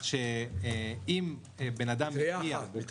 אם בן אדם -- ביחד?